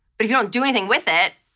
but if you don't do anything with it,